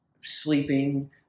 sleeping